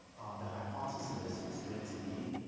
the hypothesis is going to be